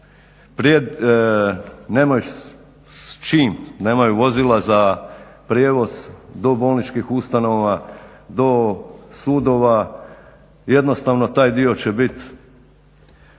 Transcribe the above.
čim, nemaju vozila za prijevoz do bolničkih ustanova, do sudova, jednostavno taj dio će biti